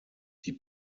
die